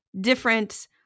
different